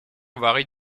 varie